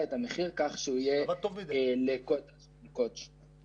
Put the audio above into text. את המחיר כך שהוא יהיה לקילו-וואט לשעה.